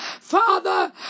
father